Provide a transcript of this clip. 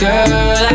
Girl